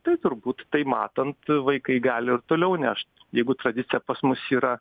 tai turbūt tai matant vaikai gali ir toliau nešt jeigu tradicija pas mus yra